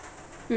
mm